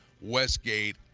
Westgate